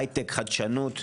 הייטק, חדשנות,